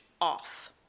off